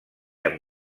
amb